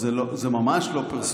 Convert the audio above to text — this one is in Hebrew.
לא, לא, זה ממש לא פרסונלי.